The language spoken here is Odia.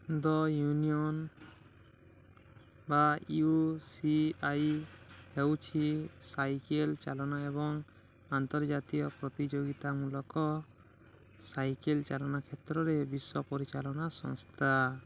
ଦ ୟୁନିଅନ୍ ବା ୟୁ ସି ଆଇ ହେଉଛି ସାଇକେଲ ଚାଳନା ଏବଂ ଅନ୍ତର୍ଜାତୀୟ ପ୍ରତିଯୋଗିତାମୂଳକ ସାଇକେଲ ଚାଳନା କ୍ଷେତ୍ରରେ ବିଶ୍ୱ ପରିଚାଳନା ସଂସ୍ଥା